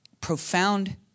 profound